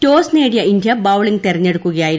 toss നേടിയ India bowling തിരഞ്ഞെടുക്കുകയായിരുന്നു